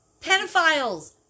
Pedophiles